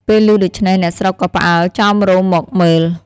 ពេលឮដូច្នេះអ្នកស្រុកក៏ផ្អើលចោមរោមមកមើល។